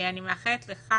אני מאחלת לך